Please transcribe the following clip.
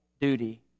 duty